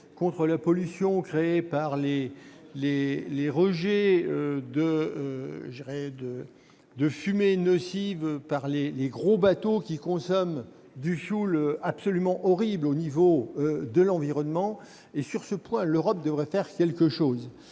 contre la pollution créée par les rejets de fumées nocives par les grands navires qui consomment un fioul absolument horrible pour l'environnement. Sur ce point, l'Europe devrait faire quelque chose.